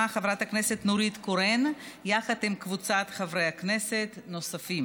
חברת הכנסת נורית קורן יחד עם קבוצת חברי כנסת נוספים,